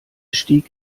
stieg